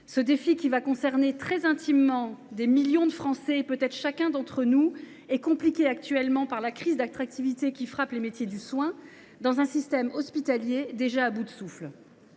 Ce défi, qui concernera très intimement des millions de Français et peut être chacun d’entre nous, est compliqué par la crise d’attractivité qui frappe les métiers du soin, dans un système hospitalier déjà à bout de souffle.